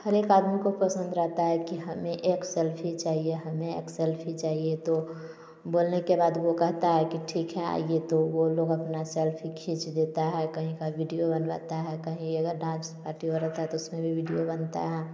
हर एक आदमी को पसंद रहता है कि हमें एक सेल्फी चाहिए हमें एक सेल्फी चाहिए तो बोलने के बाद वो कहता है कि ठीक है आई तो वो लोग अपना सेल्फी खींच देता है कहीं का वीडियो बनवाता है कहीं इधर नाच एक्टिवर होता है तो उस में भी विडिओ बनता है